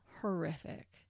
horrific